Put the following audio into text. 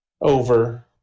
over